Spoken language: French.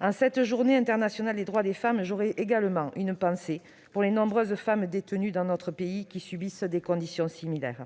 En cette Journée internationale des droits des femmes, j'aurai également une pensée pour les nombreuses femmes détenues dans notre pays, qui subissent des conditions similaires.